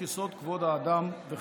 כבוד האדם וחירותו.